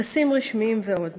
טקסים רשמיים ועוד.